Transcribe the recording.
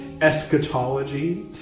eschatology